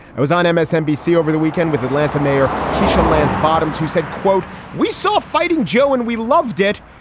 i was on msnbc over the weekend with atlanta mayor keesha lands bottoms, who said, quote, we saw fighting joe and we loved it.